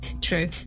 True